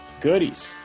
goodies